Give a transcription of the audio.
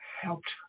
helped